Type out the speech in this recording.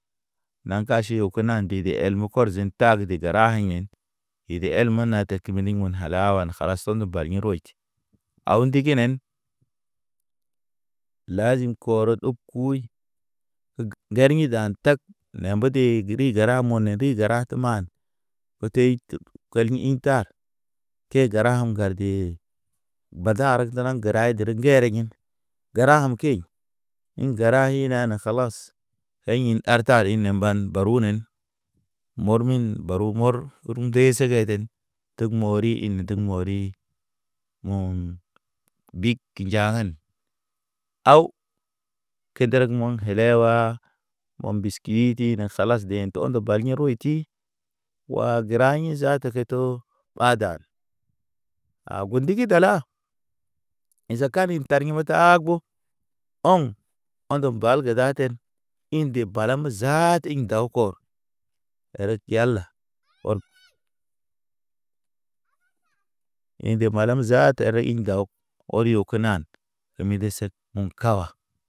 Na kaʃiyo kəna dede el mo kɔr zḛg tag de gəra yen. Dede el məna takini men halawa ne kalas tondol ba yi rotʃ. Aw ndigi nen, lazim kɔrɔ dɔg kuyi gəra yḭ dan tag. Ne mbedi gəri gəra mo̰ ne ri gəra ke man. Koteyt gal mi ḭ ta, ke gəra am ŋgarge, bada har garaŋ geri ŋgeriŋ gin, gəra am key. Ḭ gəra ina na kalas, daƴ in ar ta ɗen nə mban barunen. Mɔrmin baru mɔr, bur nde sege den teg mɔri in teg mɔri. Mɔŋ, big kinja hən, aw. Kedere ge mɔn helewa, mon biskuyiti na kalas de ɔnto bal ŋiyo royiti. Wa gəra yḭ zaata ke to ɓada. A gundigi dala. Ḭ zakani tar ŋito aago ɔŋ, ɔndə mbalg daten, ḭ de balam zaat ḭ daw kɔr. Erek yala ɔrk. In de malam zaata ere in daw, ɔryo kenan de mede set kɔŋ kawa.